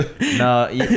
No